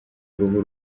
uruhu